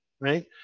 right